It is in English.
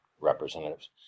representatives